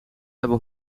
hebben